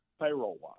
payroll-wise